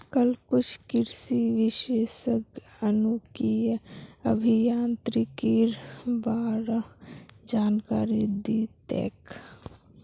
कल कुछ कृषि विशेषज्ञ जनुकीय अभियांत्रिकीर बा र जानकारी दी तेक